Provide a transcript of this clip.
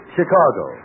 Chicago